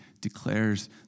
declares